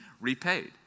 repaid